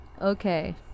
Okay